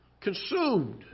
consumed